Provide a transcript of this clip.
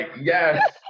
yes